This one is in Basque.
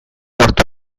lortu